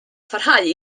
pharhau